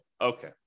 Okay